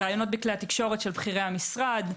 ראיונות בכלי התקשורת של בכירי המשרד,